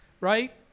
right